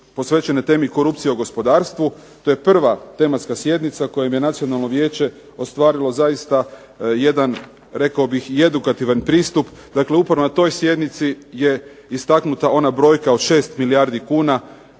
posvećene temi korupcije u gospodarstvu. To je prva tematska sjednica kojom je Nacionalno vijeće ostvarilo zaista jedan, rekao bih, i edukativan pristup. Dakle, upravo na toj sjednici je istaknuta ona brojka od 6 milijardi kuna